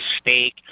steak